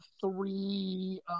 three